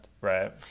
right